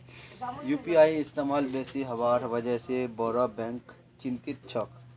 UPI इस्तमाल बेसी हबार वजह से बोरो बैंक चिंतित छोक